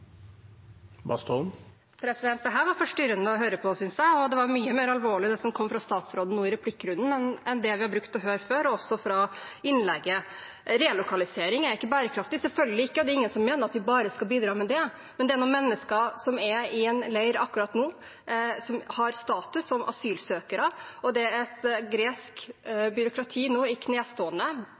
var forstyrrende å høre på, synes jeg. Det var mye mer alvorlig, det som kom fra statsråden nå i replikkrunden, enn det vi har pleid å høre før, også fra innlegget. Relokalisering er ikke bærekraftig – selvfølgelig ikke, og det er ingen som mener at vi bare skal bidra med det. Men det er noen mennesker som er i en leir akkurat nå, og som har status som asylsøkere, og gresk byråkrati er nå i knestående.